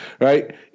right